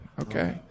Okay